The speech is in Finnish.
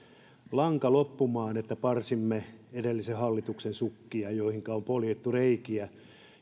lanka loppumaan kun parsimme edellisen hallituksen sukkia joihinka on poljettu reikiä